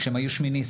כשהם היו שמיניסטים.